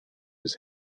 his